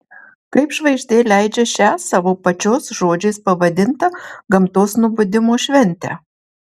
kaip žvaigždė leidžią šią savo pačios žodžiais pavadintą gamtos nubudimo šventę